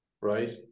right